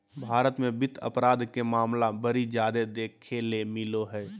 भारत मे वित्त अपराध के मामला बड़ी जादे देखे ले मिलो हय